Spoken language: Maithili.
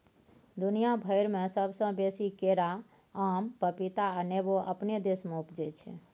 दुनिया भइर में सबसे बेसी केरा, आम, पपीता आ नेमो अपने देश में उपजै छै